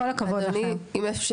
כל הכבוד לכם.